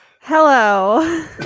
Hello